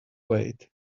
wait